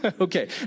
Okay